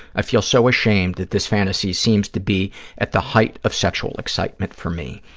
i feel so ashamed that this fantasy seems to be at the height of sexual excitement for me.